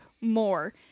more